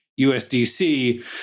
USDC